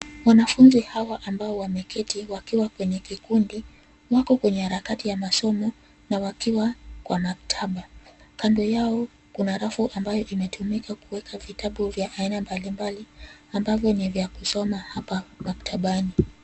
Wanafunzi hawa ambao wameketi wakiwa kwenye kikundi wako kwenye harakati ya masomo na wakiwa kwa maktaba. Kando yao kuna rafu ambayo imetumika kuweka vitabu vya aina mbalimbali ambavyo ni vya kusoma hapa maktabani.